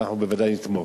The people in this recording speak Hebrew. ואנחנו בוודאי נתמוך.